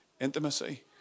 intimacy